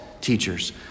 teachers